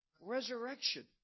Resurrection